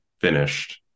finished